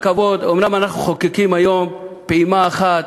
אומנם אנחנו מחוקקים היום פעימה אחת,